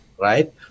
right